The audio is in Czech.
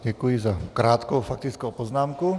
Děkuji za krátkou faktickou poznámku.